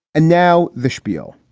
and now the spiel.